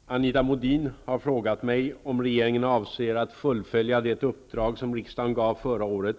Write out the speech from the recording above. Fru talman! Anita Modin har frågat mig om regeringen avser att fullfölja det uppdrag som riksdagen gav förra året